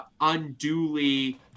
unduly